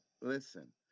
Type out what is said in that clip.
Listen